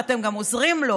ואתם גם עוזרים לו,